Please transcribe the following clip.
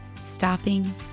stopping